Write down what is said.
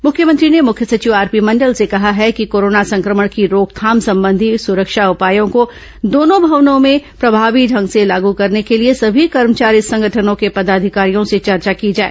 मुख्यमंत्री ने मुख्य सचिव आरपी मंडल से कहा है कि कोरोना संक्रमण की रोकथाम संबंधी सुरक्षा उपायों को दोनों भवनों में प्रभावी ढंग से लागू करने के लिए सभी कर्मचारी संगठनों के पदाधिकारियों से चर्चा की जाए